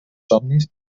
somnis